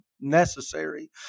necessary